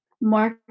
Mark